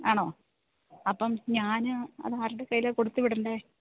ആണോ അപ്പം ഞാൻ അതാരുടെ കൈയ്യിലാണ് കൊടുത്തുവിടേണ്ടത്